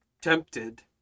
tempted